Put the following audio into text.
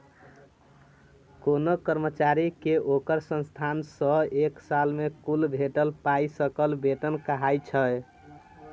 कोनो कर्मचारी केँ ओकर संस्थान सँ एक साल मे कुल भेटल पाइ सकल बेतन कहाइ छै